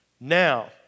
Now